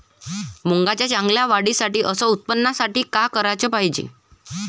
मुंगाच्या चांगल्या वाढीसाठी अस उत्पन्नासाठी का कराच पायजे?